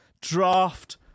draft